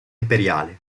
imperiale